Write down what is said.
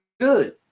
good